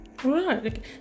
right